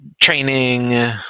training